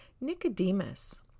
Nicodemus